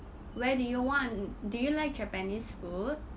where do you want do you like japanese food